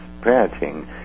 parenting